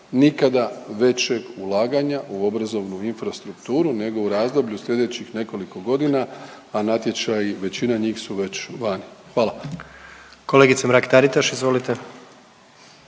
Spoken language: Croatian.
Nikada većeg ulaganja u obrazovnu infrastrukturu nego u razdoblju slijedećih nekoliko godina, a natječaji većina njih su već vani. Hvala. **Jandroković, Gordan